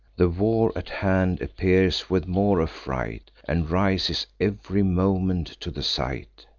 the war at hand appears with more affright, and rises ev'ry moment to the sight.